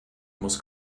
muss